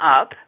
up